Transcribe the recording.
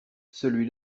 celui